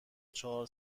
چهار